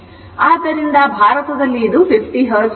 ಆದರೆ ಭಾರತದಲ್ಲಿ ಇದು 50 Hertz ಆಗಿದೆ